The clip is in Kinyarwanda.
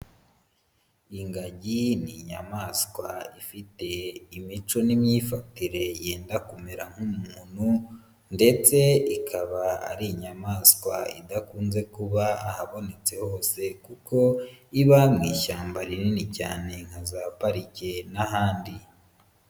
Ingagi ni inyamaswa ifite imico n'imyifatire yenda kumera nk'umuntu, ndetse ikaba ari inyamaswa idakunze kuba ahabonetse hose, kuko iba mu ishyamba rinini cyane nka za parike n'ahandi.